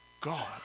God